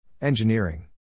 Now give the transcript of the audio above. Engineering